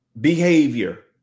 behavior